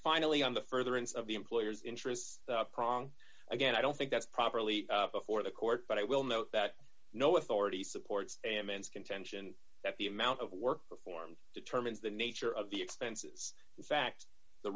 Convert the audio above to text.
finally on the further inside the employer's interests prong again i don't think that's properly before the court but i will note that no authority supports ammons contention that the amount of work performed determines the nature of the expenses in fact the